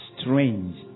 Strange